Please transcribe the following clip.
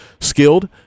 skilled